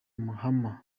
mahama